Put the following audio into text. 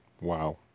Wow